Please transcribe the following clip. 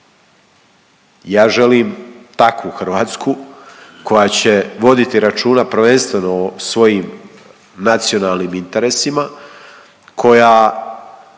Ja želim takvu Hrvatsku koja će voditi računa prvenstveno o svojim nacionalnim interesima, koja